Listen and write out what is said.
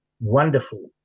wonderful